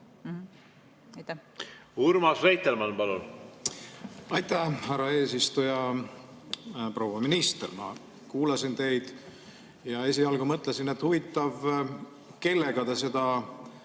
Urmas Reitelmann, palun!